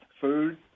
food